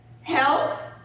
health